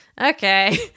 okay